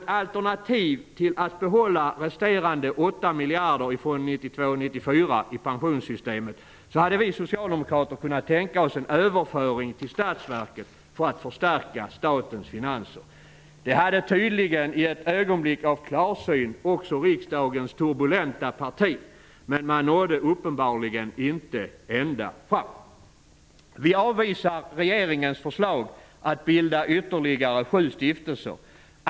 miljarder från Fond 92--94 i pensionssystemet hade vi socialdemokrater kunnat tänka oss en överföring till Statsverket för att förstärka statens finanser. Det hade tydligen i ett ögonblick av klarsyn också riksdagens turbulenta parti, men man nådde uppenbarligen inte ända fram. Vi avvisar regeringens förslag att bilda ytterligare sju stiftelser.